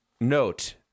note